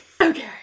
Okay